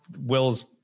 Will's